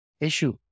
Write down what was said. issue